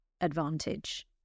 advantage